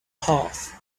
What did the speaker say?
half